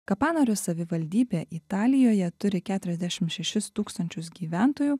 kapanorio savivaldybė italijoje turi keturiasdešim šešis tūkstančius gyventojų